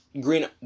green